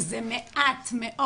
זה מעט מאוד.